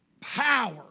power